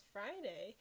Friday